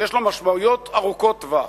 שיש לו משמעויות ארוכות טווח.